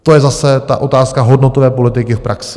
To je zase ta otázka hodnotové politiky v praxi.